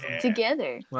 together